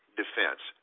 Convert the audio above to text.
defense